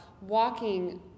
walking